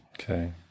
Okay